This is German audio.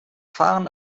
fahren